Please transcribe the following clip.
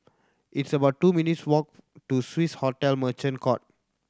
it's about two minutes' walk to Swiss Hotel Merchant Court